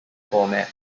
format